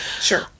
Sure